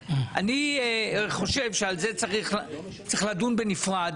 ואני מבטיח לך שלא נעלה להצבעה,